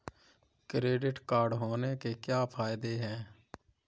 Credit card होने के क्या फायदे हैं?